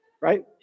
Right